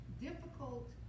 difficult